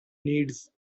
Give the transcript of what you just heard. needs